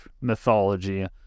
mythology